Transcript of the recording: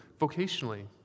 vocationally